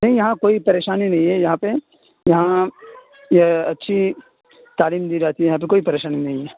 نہیں یہاں کوئی پریشانی نہیں ہے یہاں پہ یہاں یہ اچھی تعلیم دی جاتی ہے یہاں پہ کوئی پریشانی نہیں ہے